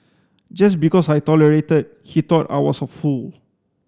just because I tolerated he thought I was a fool